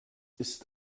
ist